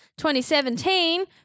2017